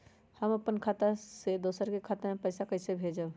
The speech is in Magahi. हम अपने खाता से दोसर के खाता में पैसा कइसे भेजबै?